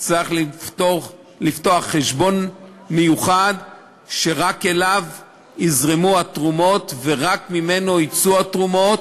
יצטרך לפתוח חשבון מיוחד שרק אליו יזרמו התרומות ורק ממנו יצאו התרומות,